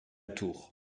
tour